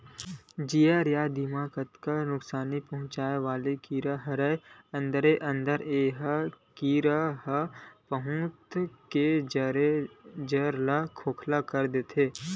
जियार या दिमक अतका नुकसानी पहुंचाय वाले कीरा हरय अंदरे अंदर ए कीरा ह पउधा के जर ल खोखला कर देथे